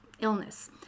illness